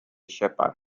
shepherd